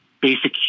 basic